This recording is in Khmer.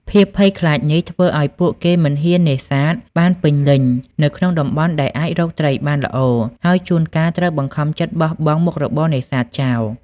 ភាពភ័យខ្លាចនេះធ្វើឱ្យពួកគេមិនហ៊ាននេសាទបានពេញលេញនៅក្នុងតំបន់ដែលអាចរកត្រីបានល្អ ហើយជួនកាលត្រូវបង្ខំចិត្តបោះបង់មុខរបរនេសាទចោល។